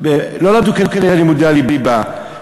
לא למדו כנראה לימודי הליבה.